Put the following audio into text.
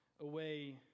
away